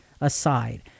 aside